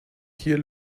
hier